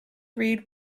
read